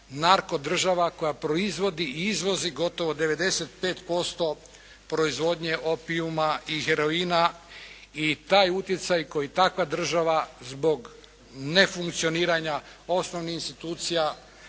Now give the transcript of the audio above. narko država koja proizvodi i izvozi gotovo 95% proizvodnje opiuma i heroina i taj utjecaj koji takva država zbog nefunkcioniranja osnovnih institucija